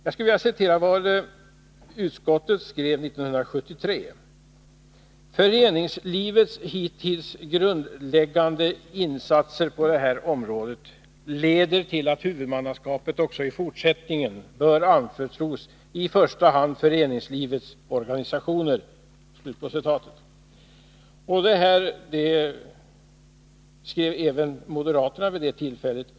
Jag skulle vilja citera vad civilutskottet skrev 1973: ”Föreningslivets hittills grundläggande insatser leder till att huvudmannaskapet också i fortsättningen bör anförtros i första hand föreningslivets organisationer.” Det här skrev även moderaterna under vid det tillfället.